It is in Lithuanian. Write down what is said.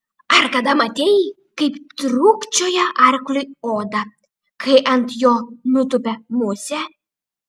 ar kada matei kaip trūkčioja arkliui oda kai ant jo nutupia musė